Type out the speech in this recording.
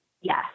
yes